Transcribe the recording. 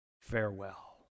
Farewell